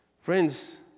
Friends